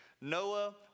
Noah